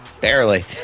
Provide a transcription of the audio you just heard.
Barely